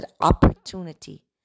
opportunity